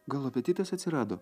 gal apetitas atsirado